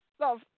Love